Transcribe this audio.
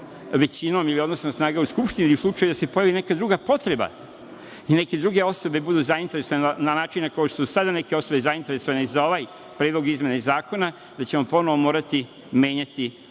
većinom ili odnosnom snaga u Skupštini, u slučaju da se pojavi neka druga potreba i neke druge osobe budu zainteresovane na način na koji su sada neke osobe zainteresovane i za ovaj Predlog izmene Zakona, da ćemo ponovo morati menjati ovaj